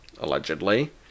allegedly